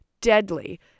deadly